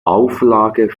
auflage